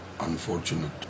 unfortunate